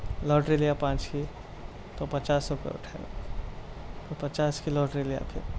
lottery لیا پانچ کی تو پچاس روپئے اٹھائے تو پچاس کی لاٹری لیا پھر